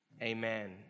amen